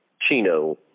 Chino